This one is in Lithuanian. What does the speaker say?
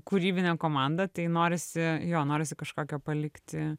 kūrybinė komanda tai norisi jo norisi kažkokio palikti